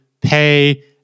pay